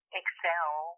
excel